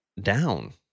down